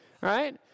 right